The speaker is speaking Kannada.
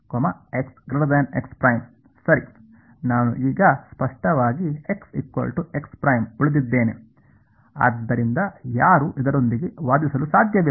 ನಾನು ಈಗ ಸ್ಪಷ್ಟವಾಗಿ ಉಳಿದಿದ್ದೇನೆ ಆದ್ದರಿಂದ ಯಾರೂ ಇದರೊಂದಿಗೆ ವಾದಿಸಲು ಸಾಧ್ಯವಿಲ್ಲ